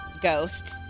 Ghost